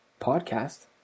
podcast